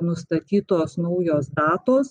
nustatytos naujos datos